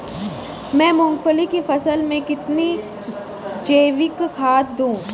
मैं मूंगफली की फसल में कितनी जैविक खाद दूं?